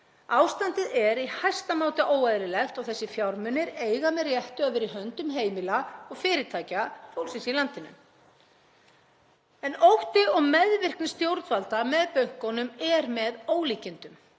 Ástandið er í hæsta máta óeðlilegt og þessir fjármunir eiga með réttu að vera í höndum heimila og fyrirtækja fólksins í landinu. En ótti og meðvirkni stjórnvalda með bönkunum er með ólíkindum.